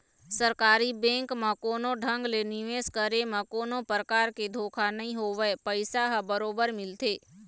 सरकारी बेंक म कोनो ढंग ले निवेश करे म कोनो परकार के धोखा नइ होवय पइसा ह बरोबर मिलथे